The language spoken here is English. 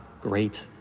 great